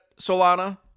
Solana